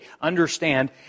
understand